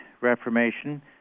reformation